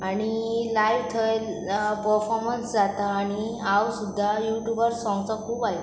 आनी लायव थंय पफोमन्स जाता आनी हांव सुद्दां यूट्यूबार सोंग्सो खूब आयकतां